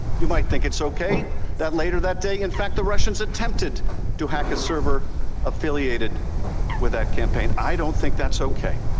you might think it's okay that later that day, in fact, the russians attempted to hack a server affiliated with that campaign. i don't think that's okay.